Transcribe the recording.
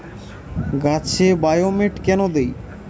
গাছে বায়োমেট কেন দেয়?